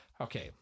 Okay